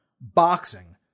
boxing